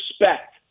respect